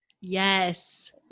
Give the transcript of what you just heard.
yes